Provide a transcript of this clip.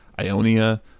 Ionia